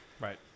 Right